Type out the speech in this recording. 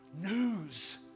news